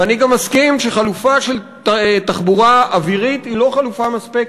ואני גם מסכים שחלופה של תחבורה אווירית היא לא חלופה מספקת,